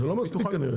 זה לא מספיק כנראה.